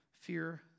fear